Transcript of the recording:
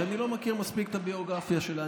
שאני לא מכיר מספיק את הביוגרפיה שלה,